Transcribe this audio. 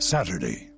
Saturday